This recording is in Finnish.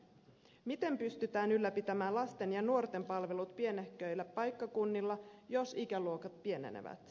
miten pystytään ylläpitämään lasten ja nuorten palvelut pienehköillä paikkakunnilla jos ikäluokat pienenevät